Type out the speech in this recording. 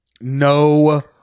No